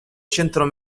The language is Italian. centro